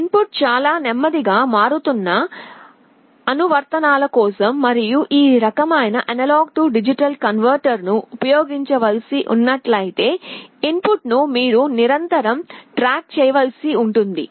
in put చాలా నెమ్మదిగా మారుతున్న అనువర్తనాల కోసం మరియు ఈ రకమైన AD కన్వర్టర్ను ఉపయోగించవలసినట్లయితే ఇన్పుట్ను మీరు నిరంతరం ట్రాక్ చేయవలసి ఉంటుంది